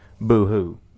Boo-hoo